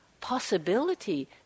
possibility